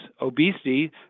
obesity